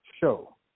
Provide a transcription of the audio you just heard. show